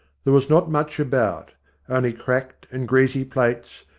there was not much about only cracked and greasy plates,